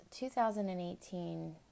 2018